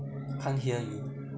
can't hear you